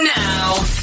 now